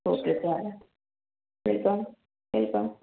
okay चालेल welcome welcome